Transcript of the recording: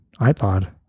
iPod